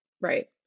Right